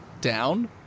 down